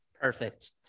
Perfect